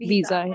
Visa